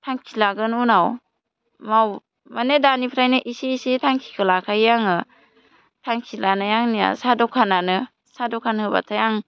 थांखि लागोन उनाव माने दानिफ्रायनो एसे एसे थांखिखौ लाखायो आङो थांखि लानाया आंनिया साहा द'खानानो साहा द'खान होबाथाय आं